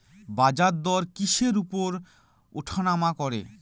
বাজারদর কিসের উপর উঠানামা করে?